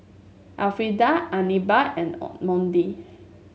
Elfrieda Anibal and Monty